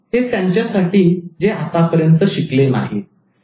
हे त्यांच्यासाठी जे आतापर्यंत शिकले नाहीत